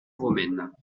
romaine